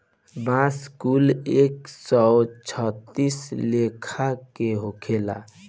बांस कुल एक सौ छत्तीस लेखा के होखेला